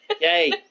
Yay